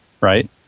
right